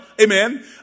amen